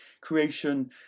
creation